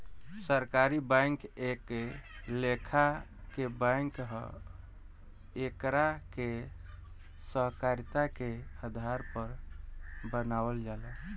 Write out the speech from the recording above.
सहकारी बैंक एक लेखा के बैंक ह एकरा के सहकारिता के आधार पर बनावल जाला